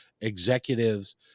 executives